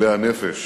ואצילי הנפש